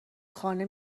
خانه